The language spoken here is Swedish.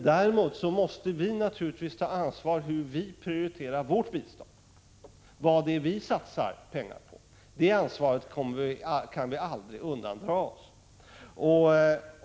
Däremot måste vi naturligtvis ta ansvar för hur vi prioriterar vårt bistånd, vad det är vi satsar pengar på. Det ansvaret kan vi aldrig undandra oss.